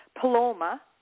Paloma